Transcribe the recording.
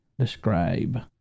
Describe